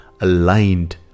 aligned